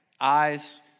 Eyes